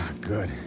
Good